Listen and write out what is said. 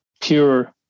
pure